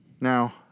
Now